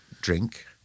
drink